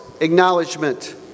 acknowledgement